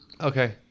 okay